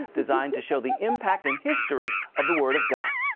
designed to show the impact and history of the word of god.